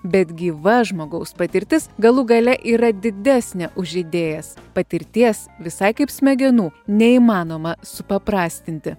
bet gyva žmogaus patirtis galų gale yra didesnė už idėjas patirties visai kaip smegenų neįmanoma supaprastinti